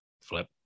flip